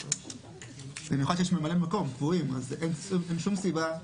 במיוחד כשיש ממלאי מקום קבועים, אין שום סיבה,